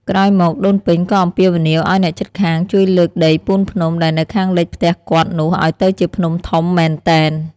ក្រោយមក ដូនពេញក៏អំពាវនាវឲ្យអ្នកជិតខាងជួយលើកដីពូនភ្នំដែលនៅខាងលិចផ្ទះគាត់នោះឲ្យទៅជាភ្នំធំមែនទែន។